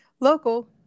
local